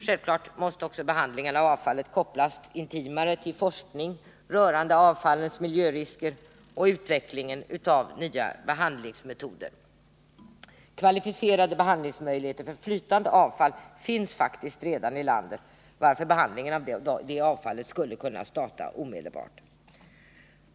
Självfallet måste också behandlingen av avfall kopplas intimare till forskning rörande avfallens miljörisker och utvecklingen av nya behandlingsmetoder. Kvalificerade behandlingsmöjligheter för flytande avfall finns faktiskt redan i landet, varför behandlingen av det avfallet skulle kunna starta omedelbart.